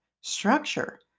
structure